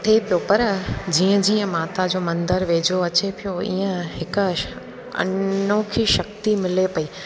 थिए पियो पर जीअं जीअं माता जो मंदरु वेझो अचे पियो ईअं हिकु अनोखी शक्ति मिले पई